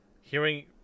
hearing